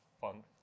fun